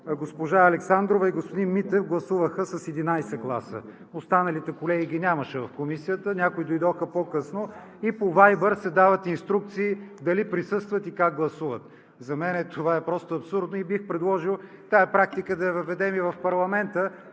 госпожа Александрова и господин Митев гласуваха с 11 гласа. Останалите колеги ги нямаше в Комисията, някои дойдоха по-късно и по вайбър се дават инструкции дали присъстват и как гласуват. За мен това е просто абсурдно! Бих предложил тази практика да я въведем и в парламента